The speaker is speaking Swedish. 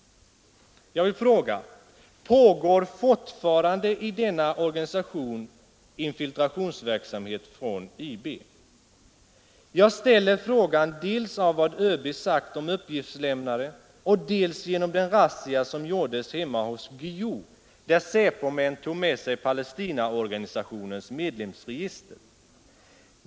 Pågår fortfarande i denna organisation infiltrationsverksamhet från IB? Jag ställer frågan mot bakgrund dels av vad ÖB sagt om uppgiftslämnare, dels den razzia som gjordes hemma hos Guillou, där SÄPO-män tog med sig Palestinaorganisationens medlemsregister.